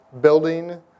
building